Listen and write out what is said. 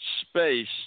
space